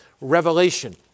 Revelation